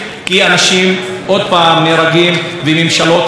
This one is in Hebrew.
יש יתומים ויש אלמנות ויש אימהות שכולות.